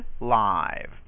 live